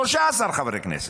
13 חברי כנסת.